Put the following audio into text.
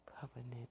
covenant